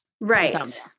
Right